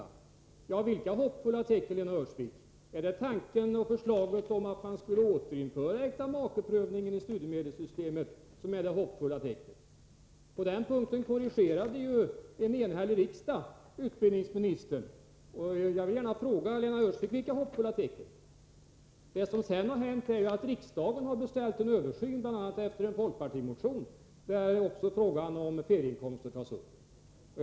Vilka hoppfulla tecken, Lena Öhrsvik? Är det förslaget om att man skall återinföra äktamakeprövningen i studiemedelssystemet som är det hoppfulla tecknet? På den punkten korrigerade ju en enhällig riksdag utbildningsministern. Jag vill gärna fråga Lena Öhrsvik: Vilka hoppfulla tecken finns? Det som sedan har hänt är att riksdagen har beställt en översyn, bl.a. efter en folkpartimotion, där även frågan om ferieinkomster tas upp.